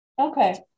Okay